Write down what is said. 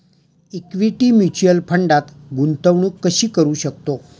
Equity mutual फंडात गुंतवणूक कशी करू शकतो?